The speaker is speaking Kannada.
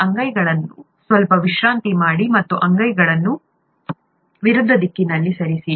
ಈ ಅಂಗೈಗಳನ್ನು ಸ್ವಲ್ಪ ವಿಶ್ರಾಂತಿ ಮಾಡಿ ಮತ್ತು ಅಂಗೈಗಳನ್ನು ವಿರುದ್ಧ ದಿಕ್ಕಿನಲ್ಲಿ ಸರಿಸಿ